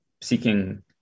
seeking